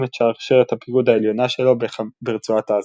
את שרשרת הפיקוד העליונה שלו ברצועת עזה.